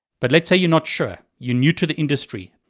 but let's say you're not sure, you're new to the industry,